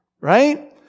right